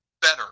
better